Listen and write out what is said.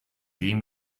dem